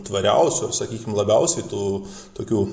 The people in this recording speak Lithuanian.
tvariausių sakykim labiausiai tų tokių